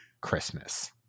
Christmas